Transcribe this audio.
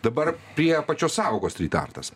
dabar prie pačios sąvokos strytartas